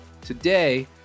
Today